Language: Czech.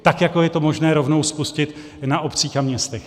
Tak jako je to možné rovnou spustit na obcích a městech.